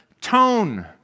tone